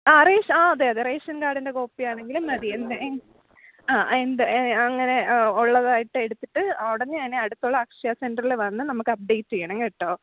ആ ആ അതെ അതെ റേഷൻ കാർഡിൻ്റെ കോപ്പി ആണെങ്കിലും മതി എന്ത് ആ എന്ത് അങ്ങനെ ഉള്ളതായിട്ട് എടുത്തിട്ട് ഉടനെ തന്നെ അടുത്തുള്ള അക്ഷയ സെൻറ്റെറിൽ വന്ന് നമുക്ക് അപ്ഡേറ്റ് ചെയ്യണം കേട്ടോ